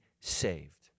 saved